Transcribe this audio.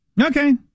Okay